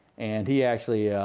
and he actually,